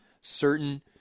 certain